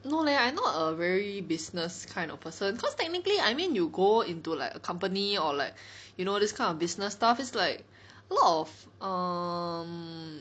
no leh I not a very business kind of person cause technically I mean you go into like a company or like you know this kind of business stuff is like a lot of um